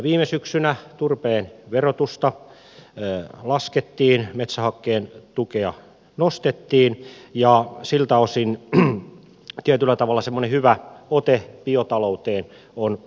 viime syksynä turpeen verotusta laskettiin metsähakkeen tukea nostettiin ja siltä osin tietyllä tavalla semmoinen hyvä ote biotalouteen on saatu